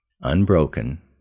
Unbroken